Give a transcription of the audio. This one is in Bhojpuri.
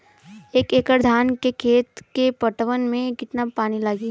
एक एकड़ धान के खेत के पटवन मे कितना पानी लागि?